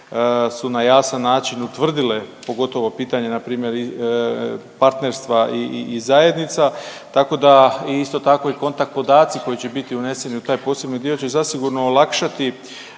su na jasan način utvrdile, pogotovo pitanje, npr. partnerstva i zajednica, tako da je isto tako i kontakt podaci koji će biti uneseni u taj posebni dio će zasigurno olakšati